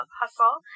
hustle